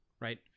Right